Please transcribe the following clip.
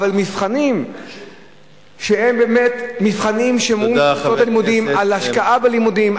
אבל מבחנים שהם באמת מבחנים שמודדים את ההשקעה בלימודים,